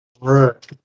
Right